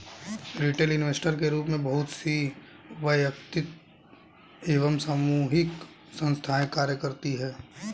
retail investor के रूप में बहुत सी वैयक्तिक एवं सामूहिक संस्थाएं कार्य करती हैं